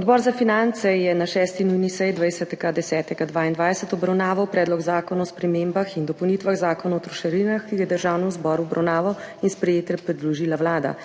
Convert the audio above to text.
Odbor za finance je na 6. nujni seji 20. 10. 2022 obravnaval Predlog zakona o spremembah in dopolnitvah Zakona o trošarinah, ki ga je Državnemu zboru v obravnavo in sprejetje predložila Vlada.